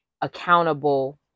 accountable